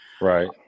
Right